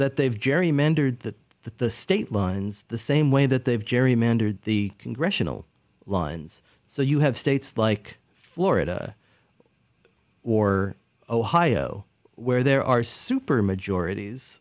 that they've gerrymandered that the state lines the same way that they've gerrymandered the congressional lines so you have states like florida or ohio where there are super majorities